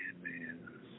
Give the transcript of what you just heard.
man